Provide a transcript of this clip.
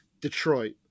detroit